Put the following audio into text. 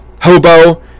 Hobo